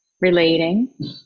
relating